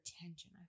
attention